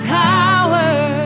power